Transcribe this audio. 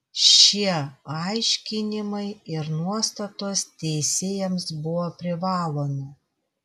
šie aiškinimai ir nuostatos teisėjams buvo privalomi